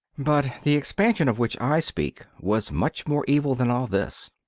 but the expansion of which i speak was much more evil than all this.